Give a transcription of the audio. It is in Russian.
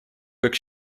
как